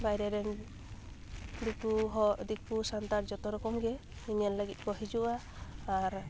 ᱵᱟᱭᱨᱮ ᱨᱮᱱ ᱫᱤᱠᱩ ᱦᱚ ᱫᱤᱠᱩ ᱥᱟᱱᱛᱟᱲ ᱡᱚᱛᱚ ᱨᱚᱠᱚᱢ ᱜᱮ ᱧᱮᱧᱮᱞ ᱞᱟᱹᱜᱤᱫ ᱠᱚ ᱦᱤᱡᱩᱜᱼᱟ ᱟᱨ